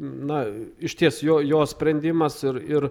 na išties jo jo sprendimas ir ir